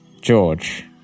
george